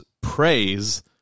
praise